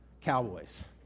Cowboys